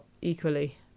equally